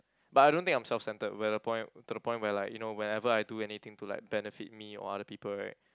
but I don't think I'm self centered where the point to the point where like you know whenever I do anything to like benefit me or other people right